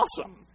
awesome